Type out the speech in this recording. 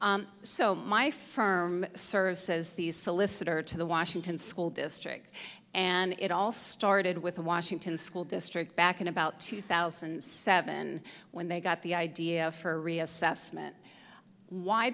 so my firm serves says these solicitor to the washington school district and it all started with a washington school district back in about two thousand and seven when they got the idea for a reassessment why